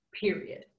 period